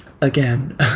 Again